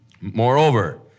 Moreover